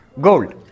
Gold